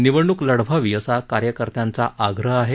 निवडणूक लढवावी असा कार्यकर्त्यांचा आग्रह आहे